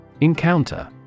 Encounter